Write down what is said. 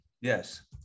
Yes